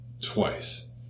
twice